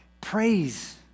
praise